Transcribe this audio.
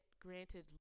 granted